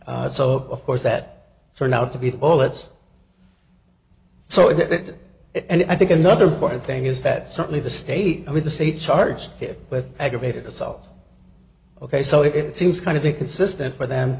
so of course that turned out to be bullets so it it and i think another important thing is that certainly the state or the state charged with aggravated assault ok so it seems kind of a consistent for them